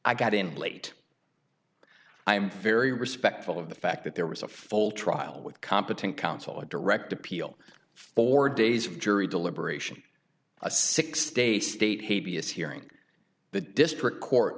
i got in late i'm very respectful of the fact that there was a full trial with competent counsel a direct appeal four days of jury deliberation a six day state hey b s hearing the district court